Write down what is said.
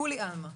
לכוליי עלמא,